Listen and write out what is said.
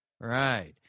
Right